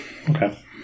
Okay